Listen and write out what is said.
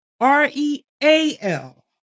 R-E-A-L